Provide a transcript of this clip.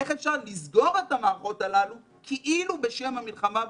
איך אפשר לסגור את המערכות הללו כאילו בשם המלחמה בנגיף?